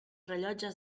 rellotges